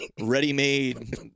ready-made